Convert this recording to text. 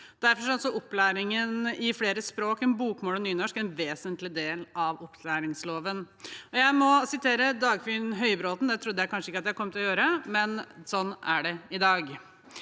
Derfor er også opplæringen i flere språk enn bokmål og nynorsk en vesentlig del av opplæringsloven. Jeg må sitere Dagfinn Høybråten – det trodde jeg kanskje ikke at jeg kom til å gjøre, men sånn er det i dag.